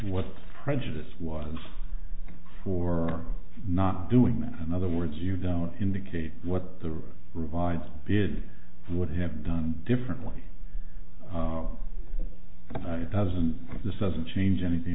what prejudice was for not doing that in other words you don't indicate what the revised bid would have done differently it doesn't this doesn't change anything